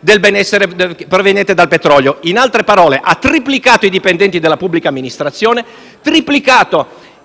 del benessere proveniente dal petrolio. In altre parole, ha triplicato i dipendenti della pubblica amministrazione e